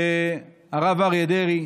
הוא הרב אריה דרעי,